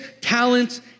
talents